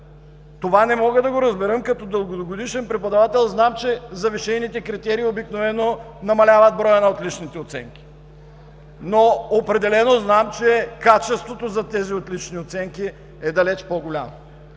Това не мога да го разбера! Като дългогодишен преподавател знам, че завишените критерии обикновено намаляват броя на отличните оценки, но определено знам, че качеството за тези отлични оценки е далеч по-голямо.